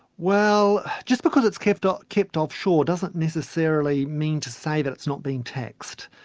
well, just because it's kept ah kept offshore doesn't necessarily mean to say that it's not being taxed.